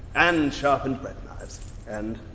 and, sharpened breadknives. and,